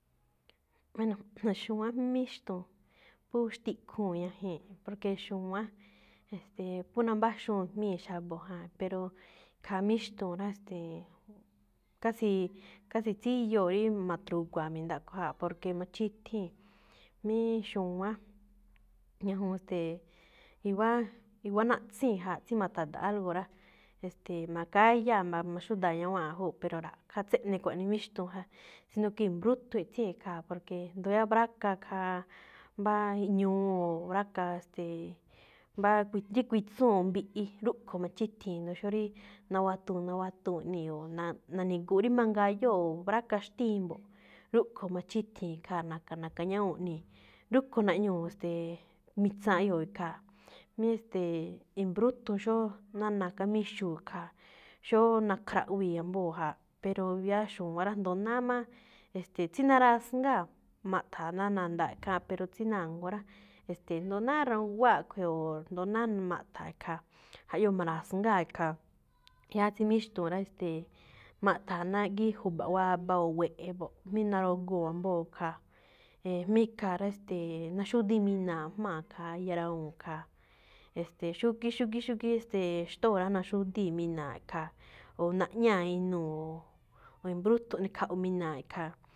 Bueno, x̱u̱wánꞌ míxtu̱u̱n, phú xtiꞌkhuu̱n ñajee̱n, porque xu̱wánꞌ, e̱ste̱e̱, phú nambáxúu̱n jmíi̱ xa̱bo̱ jaa̱, pero khaa míxtu̱u̱n rá, ste̱e̱, casii, casi tsíyoo̱ rí ma̱tru̱gua̱a̱ mi̱ndaꞌkho jaa̱, porque machíthíi̱n. Míí xu̱wán ñajuun, ste̱e̱, i̱wa̱á, i̱wa̱á naꞌtsíin ja. Xí ma̱tha̱da̱ꞌ algo rá, e̱ste̱e̱, na̱káyáa̱ mba̱ ma̱xúdaa̱ ñawáanꞌ júꞌ, pero ra̱ꞌkhá tséꞌne kuaꞌnii míxtu̱u̱n ja, si no que i̱mbrúthun iꞌtsíi̱n khaa̱, porque ndóo yáá bráka khaa mbá ñuu o bráka, ste̱e̱, mbáá tsí kuitsúun o mbiꞌi, rúꞌkho̱ machíthii̱n, jndo xó rí nawatuu̱n, nawatuu̱n ꞌnii̱, o na̱ni̱gu̱u̱ꞌ rí ma̱ngayóo̱ mbráka xtíin mbo̱ꞌ, rúꞌkho̱ machíthii̱n khaa̱, na̱ka̱, na̱ka̱ ñawúu̱n ꞌnii̱, rúꞌkho̱ naꞌñuu̱, ste̱e̱, mitsaan ꞌyoo̱ ikhaa̱. Mí ste̱e̱ i̱mbrúthun xóo ná na̱ká-míxuu̱ khaa̱, xóo nakhraꞌwii̱ ambóo̱ jaa̱, pero yáá xu̱wán rá, jndo náá má. E̱ste̱e̱, tsí narasngáa̱ maꞌtha̱a̱ ná nandaaꞌ kháánꞌ, pero tsí na̱nguá rá, e̱ste̱e̱ sndo náá rawuun guꞌẃaaꞌ khue̱ o sndo náá mmaꞌthaa̱ ikhaa̱. Jaꞌyoo ma̱ra̱sngáa̱ ikhaa̱. Thiáá tsí míxtu̱u̱n rá, e̱ste̱e̱, maꞌtha̱a̱ ná ꞌgí ju̱ba̱ꞌ waaba o we̱ꞌe̱ mbo̱ꞌ. Mí narugoo̱ ambóo̱ khaa̱, mí ikhaa̱ rá, e̱ste̱e̱, naxúdí-minaa̱ꞌ jmáa̱ khaa iya rawuu̱n khaa̱. E̱ste̱e̱, xúgíí, xúgíí xtóo̱ rá naxúdíi̱-minaa̱ ikhaa̱, o najñáa̱ inuu̱, o i̱mbrúthun eꞌne khaꞌu- minaa̱ꞌ ikhaa̱.